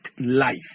life